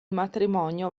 matrimonio